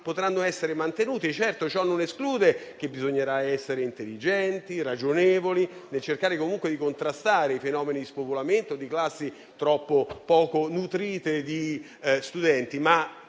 potranno essere mantenute. Certo: ciò non esclude che bisognerà essere intelligenti e ragionevoli e cercare comunque di contrastare fenomeni di spopolamento di classi troppo poco nutrite di studenti.